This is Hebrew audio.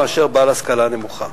לעומת בעל השכלה נמוכה.